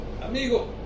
amigo